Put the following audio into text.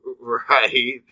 right